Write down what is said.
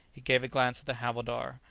he gave a glance at the havildar,